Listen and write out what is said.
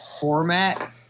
format